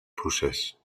procés